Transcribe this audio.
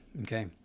okay